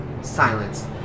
Silence